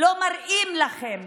לא מראים לכם